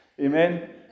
amen